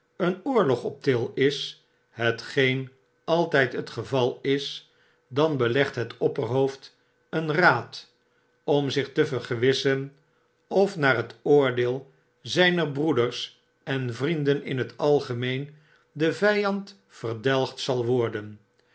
een oorlog op til is hetgeen altp het geval is dan belegt het opperhoofd een raadomzichte vergewissen of naar het oordeel zjjner broeders eh vrienden in het algemeen de vjjand verdelgd zal worden